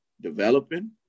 developing